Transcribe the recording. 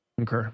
Okay